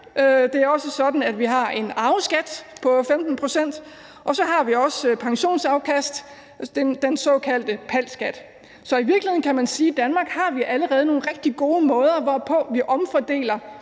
Det er også sådan, at vi har en arveskat på 15 pct., og så har vi også skat på pensionsafkast, den såkaldte PAL-skat. Så i virkeligheden kan man sige, at i Danmark har vi allerede nogle rigtig gode måder, hvorpå vi omfordeler